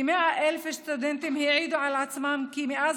כ-100,000 הסטודנטים העידו על עצמם כי מאז